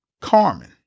Carmen